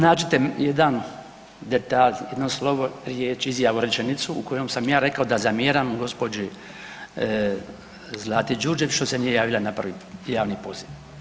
Nađite jedan detalj, jedno slovo, riječ, izjavu, rečenicu, u kojoj sam ja rekao da zamjeram gđi. Zlati Đurđević što se nije javila na prvi javni poziv?